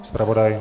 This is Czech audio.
Zpravodaj?